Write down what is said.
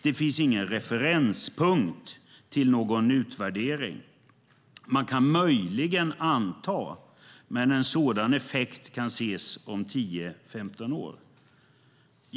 Det finns ingen referenspunkt till någon utvärdering. Man kan möjligen anta, men en sådan effekt kan ses först om 10-15 år.